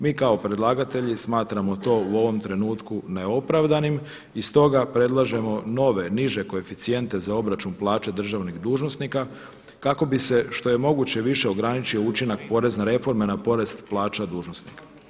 Mi kao predlagatelji smatramo to u ovom trenutku neopravdanim i stoga predlažemo nove niže koeficijente za obračun plaća državnih dužnosnika kako bi se što je moguće više ograničio učinak porezne reforme na porast plaća dužnosnika.